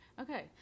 Okay